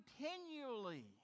continually